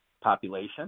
population